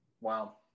Wow